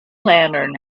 lantern